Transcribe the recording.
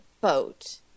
boat